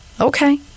Okay